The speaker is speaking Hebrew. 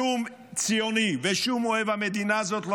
שום ציוני ושום אוהב המדינה הזאת לא